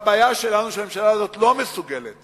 והבעיה שלנו, שהממשלה הזאת לא מסוגלת